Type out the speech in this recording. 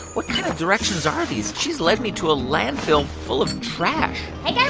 what kind of directions are these? she's led me to a landfill full of trash hey, guy